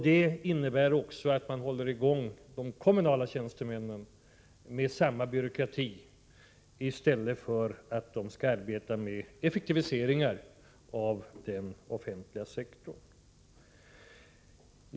Detta innebär också att man håller i gång de kommunala tjänstemännen med samma byråkrati i stället för att låta dem arbeta med effektiviseringar av den offentliga sektorn.